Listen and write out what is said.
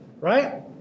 right